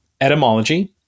Etymology